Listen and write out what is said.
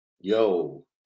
yo